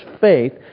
faith